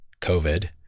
COVID